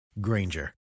Granger